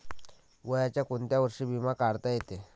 वयाच्या कोंत्या वर्षी बिमा काढता येते?